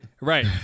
Right